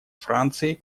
франции